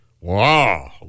Wow